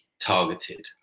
targeted